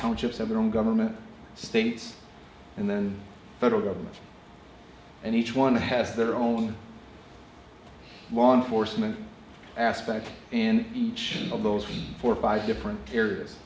townships have their own government states and then federal government and each one has their own law enforcement aspect in each of those four or five different areas